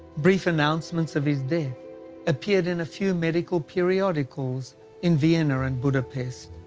brief announcements of his death appeared in a few medical periodicals in vienna and budapest.